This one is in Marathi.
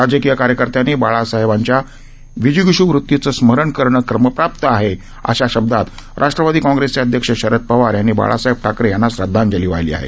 राजकीय कार्यकर्त्यांनी बाळासाहेबांच्या त्यांच्या विजिगीष् वृतीचं स्मरण करण क्रमप्राप्त आहे अशा शब्दात राष्ट्रवादी काँग्रेसचे अध्यक्ष शरद पवार यांनी बाळासाहेब ठाकरे यांना श्रदधांजली वाहिली आहे